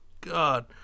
God